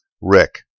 Rick